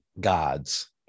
gods